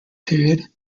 period